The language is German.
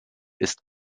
ist